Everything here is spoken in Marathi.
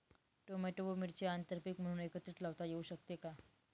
टोमॅटो व मिरची आंतरपीक म्हणून एकत्रित लावता येऊ शकते का?